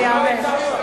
אני אענה.